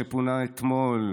שפונה אתמול,